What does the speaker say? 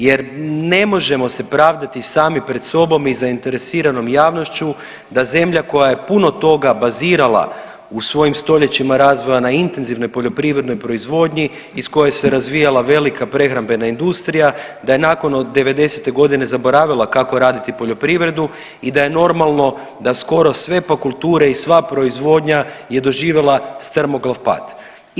Jer ne možemo se pravdati sami pred sobom i zainteresiranom javnošću da zemlja koja je puno toga bazirala u svojim stoljećima razvoja na intenzivnoj poljoprivrednoj proizvodnji, iz koje se razvijala velika prehrambena industrija da je od nakon '90. godine zaboravila kako je raditi poljoprivredu i da je normalno da skoro sve pa kulture i sva proizvodnja je doživjela strmoglav pad.